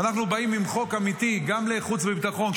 ואנחנו באים עם חוק אמיתי גם לחוץ וביטחון.